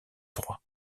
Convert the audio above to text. droit